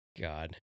God